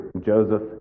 Joseph